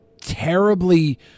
terribly